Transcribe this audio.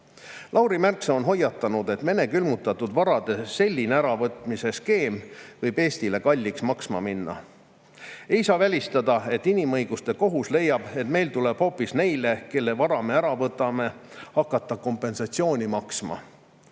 ole. Lauri Mälksoo on hoiatanud, et selline Vene külmutatud varade äravõtmise skeem võib Eestile kalliks maksma minna. Ei saa välistada, et inimõiguste kohus leiab, et meil tuleb hakata hoopis neile, kelle vara me ära võtame, kompensatsiooni maksma.